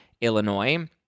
Illinois